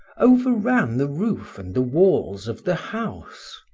overran the roof and the walls of the house.